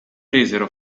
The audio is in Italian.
resero